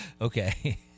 Okay